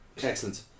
Excellent